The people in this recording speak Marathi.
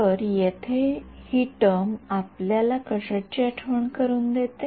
तर येथे हि टर्म आपल्याला कशाची आठवण करून देते